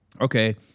okay